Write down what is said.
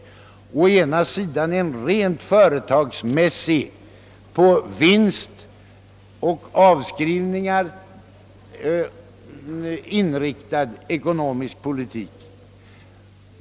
SJ kan föra en rent affärsmässig, på vinst och avskrivningar inriktad ekonomisk politik.